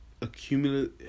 accumulate